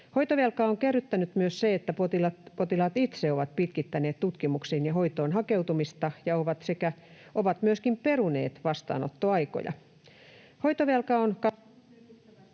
Hoitovelkaa on kerryttänyt myös se, että potilaat itse ovat pitkittäneet tutkimuksiin ja hoitoon hakeutumista ja ovat myöskin peruneet vastaanottoaikoja.